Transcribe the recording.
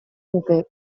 nuke